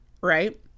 right